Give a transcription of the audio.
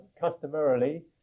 customarily